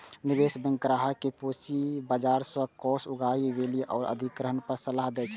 निवेश बैंक ग्राहक कें पूंजी बाजार सं कोष उगाही, विलय आ अधिग्रहण पर सलाह दै छै